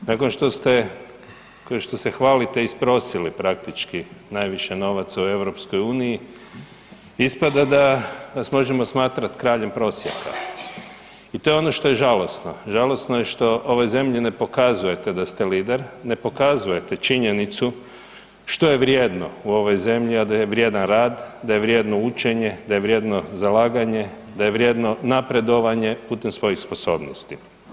Nakon što ste, nakon što se hvalite isprosili praktički najviše novaca u EU, ispada da vas možemo smatrat kraljem prosjaka i to je ono što je žalosno, žalosno je što ovoj zemlji ne pokazujete da ste lider, ne pokazujete činjenicu što vrijedno u ovoj zemlji a da je vrijedan rad, da je vrijedno učenje, da je vrijedno zalaganje, da je vrijedno napredovanje putem svojih sposobnosti.